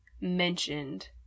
mentioned